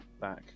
back